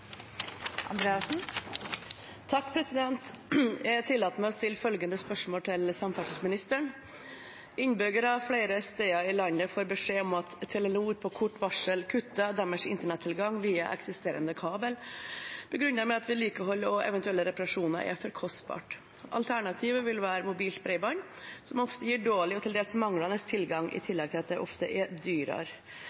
Jeg tillater meg å stille følgende spørsmål til samferdselsministeren: «Innbyggere flere steder i landet får beskjed om at Telenor på kort varsel kutter deres internettilgang via eksisterende kabel, begrunnet med at vedlikehold og eventuelle reparasjoner er for kostbart. Alternativet vil være mobilt bredbånd, som ofte gir dårlig og